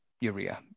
urea